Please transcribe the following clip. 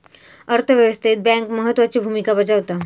अर्थ व्यवस्थेत बँक महत्त्वाची भूमिका बजावता